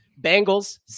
Bengals